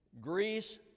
Greece